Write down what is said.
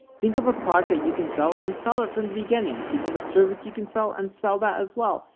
think of a product that you can sell and sell it from the beginning. think of a service you can sell and sell that as well.